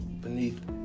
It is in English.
beneath